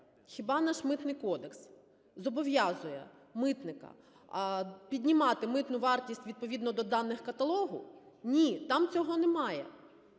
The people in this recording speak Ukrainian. хіба наш Митний кодекс зобов'язує митника піднімати митну вартість відповідно до даних каталогу? Ні, там цього немає.